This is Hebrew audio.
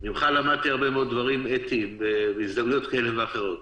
הרי ממך למדתי הרבה מאוד דברים אתיים בהזדמנויות כאלה ואחרות.